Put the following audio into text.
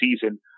season